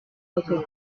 votre